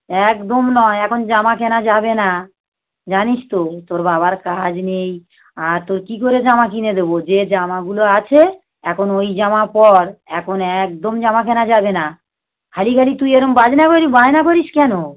একদম নয় এখন জামা কেনা যাবে না জানিস তো তোর বাবার কাজ নেই আর তোর কী করে জামা কিনে দেবো যে জামাগুলো আছে এখন ওই জামা পর এখন একদম জামা কেনা যাবে না খালি খালি তুই এরকম বাজনা করিস বায়না করিস কেন